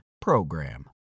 PROGRAM